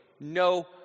No